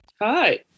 Hi